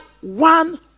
one